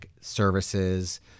services